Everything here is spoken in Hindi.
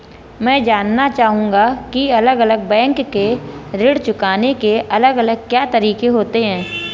मैं जानना चाहूंगा की अलग अलग बैंक के ऋण चुकाने के अलग अलग क्या तरीके होते हैं?